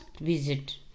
visit